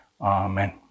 Amen